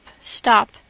stop